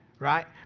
right